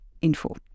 info